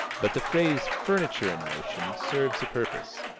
but the phrase furniture-in-motion serves a purpose.